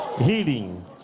healing